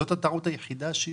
זאת הטעות היחידה?